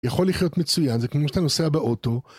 יכול לחיות מצוין, זה כמו שאתה נוסע באוטו